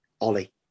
Ollie